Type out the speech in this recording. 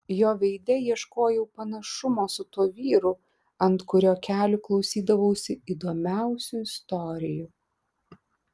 jo veide ieškojau panašumo su tuo vyru ant kurio kelių klausydavausi įdomiausių istorijų